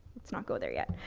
not go there yet.